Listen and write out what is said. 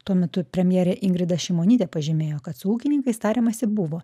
tuo metu premjerė ingrida šimonytė pažymėjo kad su ūkininkais tariamasi buvo